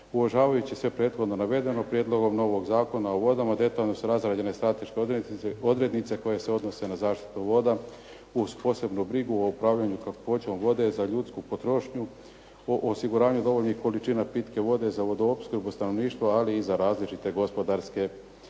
Uvažavajući sve prethodno navedeno prijedlogom ovog novog Zakona o vodama detaljno su razrađene strateške odrednice koje se odnose na zaštitu voda uz posebnu brigu o upravljanju kakvoćom vode za ljudsku potrošnju, o osiguravanju dovoljnih količina pitke vode za vodoopskrbu stanovništva ali i za različite gospodarske namjene.